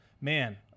man